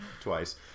twice